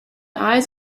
eyes